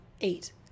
eight